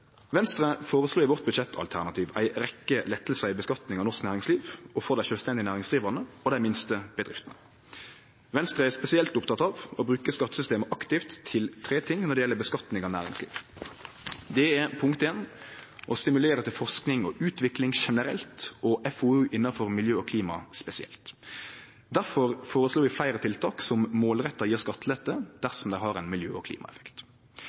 Venstre føreslår i sitt budsjettalternativ ei rekkje lettar i skattlegginga av norsk næringsliv og for dei sjølvstendig næringsdrivande og dei minste bedriftene. Venstre er spesielt oppteke av å bruke skattesystemet aktivt til tre ting når det gjeld skattlegging av næringslivet: Punkt 1: å stimulere til forsking og utvikling generelt og FoU innanfor miljø og klima spesielt. Derfor føreslår vi fleire tiltak som målretta gjev skattelette dersom det har ein miljø- og klimaeffekt.